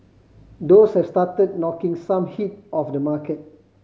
those have started knocking some heat off the market